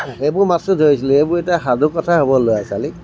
সেইবোৰ মাছো ধৰিছিলোঁ সেইবোৰ এতিয়া সাধু কথা হ'ব ল'ৰা ছোৱালীক